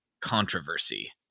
controversy